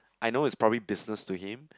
I know is probably business to him